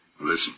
Listen